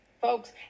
folks